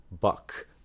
buck